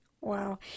Wow